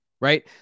right